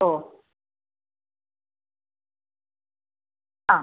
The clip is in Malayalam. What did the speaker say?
ഓ ആ